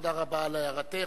תודה רבה על הערתך.